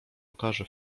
okaże